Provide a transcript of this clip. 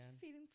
feeling